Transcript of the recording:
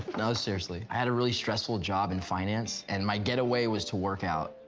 no, seriously, i had a really stressful job in finance, and my getaway was to work out.